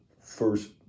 first